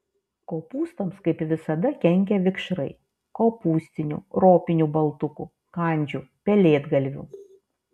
kopūstams kaip visada kenkia vikšrai kopūstinių ropinių baltukų kandžių pelėdgalvių